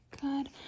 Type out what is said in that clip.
good